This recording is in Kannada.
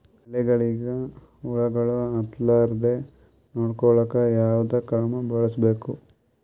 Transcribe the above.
ಎಲೆಗಳಿಗ ಹುಳಾಗಳು ಹತಲಾರದೆ ನೊಡಕೊಳುಕ ಯಾವದ ಕ್ರಮ ಬಳಸಬೇಕು?